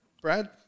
Brad